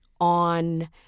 on